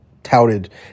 Touted